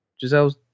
Giselle's